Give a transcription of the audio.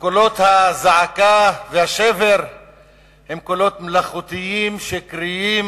וקולות הזעקה והשבר שלכם הם קולות מלאכותיים ושקריים.